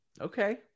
Okay